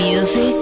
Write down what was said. Music